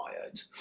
tired